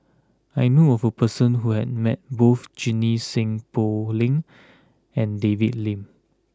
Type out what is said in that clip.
I knew a who person who has met both Junie Sng Poh Leng and David Lim